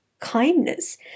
kindness